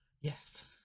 Yes